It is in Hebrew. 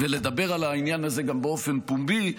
ולדבר על העניין הזה גם באופן פומבי,